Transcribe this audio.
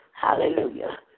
Hallelujah